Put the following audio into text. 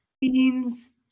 beans